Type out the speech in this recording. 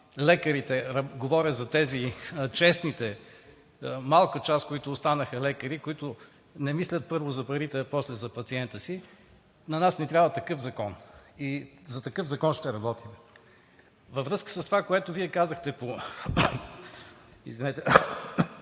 лекарите – говоря за тези, честните, малка част лекари, които останаха, които не мислят първо за парите, а после за пациента си, на нас ни трябва такъв закон и за такъв закон ще работим. Във връзка с това, което Вие казахте по втората